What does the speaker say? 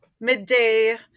midday